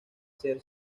ser